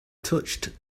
touched